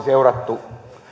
seuranneet